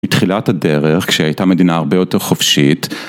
מתחילת הדרך כשהייתה מדינה הרבה יותר חופשית